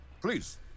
Please